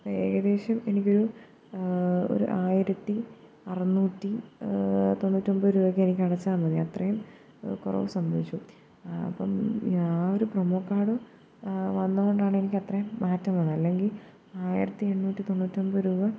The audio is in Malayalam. ഏകദേശം എനിക്കൊരു ഒരു ആയിരത്തി അറുന്നൂറ്റി തൊണ്ണൂറ്റി ഒൻപത് രൂപയൊക്കെ എനിക്കടച്ചാൽ മതി അത്രയും കുറവ് സംഭവിച്ചു അപ്പം ആ ഒരു പ്രമോ കാർഡ് വന്ന കൊണ്ടാണെനിക്കത്രയും മാറ്റം വന്നത് അല്ലെങ്കിൽ ആയിരത്തി എണ്ണൂറ്റി തൊണ്ണൂറ്റൊൻപത് രൂപ